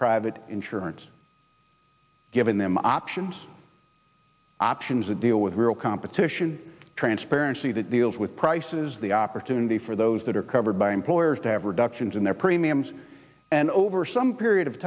private insurance giving them options options a deal with real competition transparency that deals with prices the opportunity for those that are covered by employers to have reductions in their premiums and over some period of